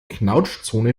knautschzone